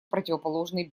противоположный